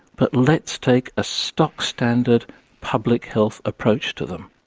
but let's take a stock standard public health approach to them.